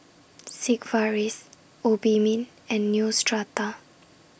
Sigvaris Obimin and Neostrata